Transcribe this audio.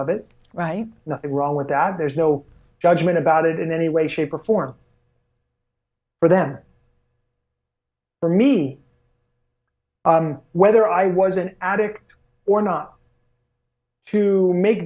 of it right nothing wrong with that there's no judgment about it in any way shape or form for them for me whether i was an addict or not to make